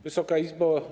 Wysoka Izbo!